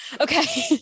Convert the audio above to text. Okay